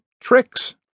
tricks